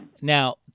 Now